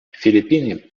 филиппины